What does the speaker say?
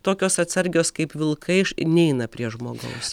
tokios atsargios kaip vilkai neina prie žmogaus